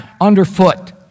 underfoot